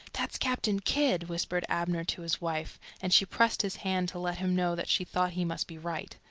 that's captain kidd, whispered abner to his wife, and she pressed his hand to let him know that she thought he must be right.